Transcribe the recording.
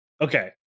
Okay